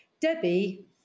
Debbie